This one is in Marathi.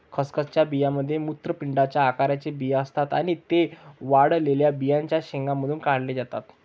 खसखसच्या बियांमध्ये मूत्रपिंडाच्या आकाराचे बिया असतात आणि ते वाळलेल्या बियांच्या शेंगांमधून काढले जातात